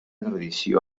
tradició